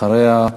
אחריה,